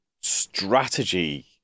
strategy